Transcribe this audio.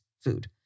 food